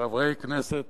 חברי הכנסת